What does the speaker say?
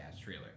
trailer